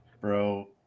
Bro